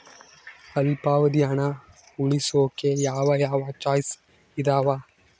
ಅಲ್ಪಾವಧಿ ಹಣ ಉಳಿಸೋಕೆ ಯಾವ ಯಾವ ಚಾಯ್ಸ್ ಇದಾವ?